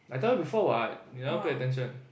I told you before what you never pay attention